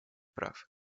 прав